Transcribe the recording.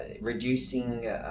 reducing